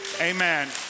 Amen